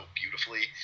beautifully